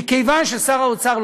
קיבלתי כמה פניות של שר האוצר,